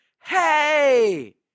hey